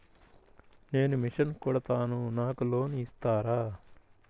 నేను మిషన్ కుడతాను నాకు లోన్ ఇస్తారా?